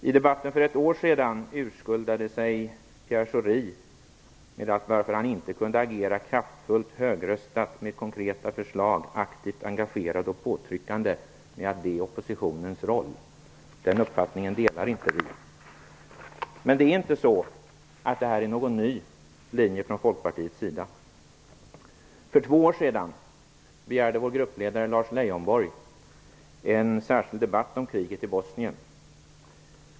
I debatten för ett år sedan urskuldade sig Pierre Schori och sade att han inte kunde agera kraftfullt, högröstat, med konkreta förslag, aktivt engagerad och påtryckande eftersom det inte är oppositionens roll. Den uppfattningen delar inte vi. Detta är inte någon ny linje från Folkpartiets sida. För två år sedan begärde vår gruppledare Lars Leijonborg en särskild debatt om kriget i Bosnien.